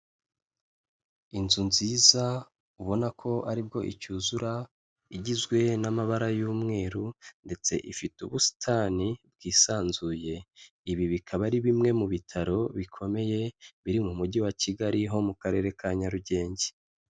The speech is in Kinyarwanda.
Inzu nziza ubona ko aribwo icyuzura igizwe n'amabara y'umweru ndetse ifite ubusitani bwisanzuye, ibi bikaba ari bimwe mu bitaro bikomeye biri mu mujyi wa Kigali ho mu karere ka Nyarugenge.